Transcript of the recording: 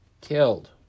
killed